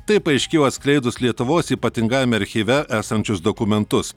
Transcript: tai paaiškėjo atskleidus lietuvos ypatingajame archyve esančius dokumentus